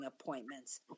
appointments